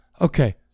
Okay